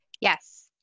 Yes